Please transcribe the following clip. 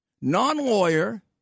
non-lawyer